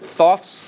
thoughts